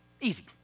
Easy